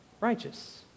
righteous